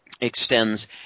extends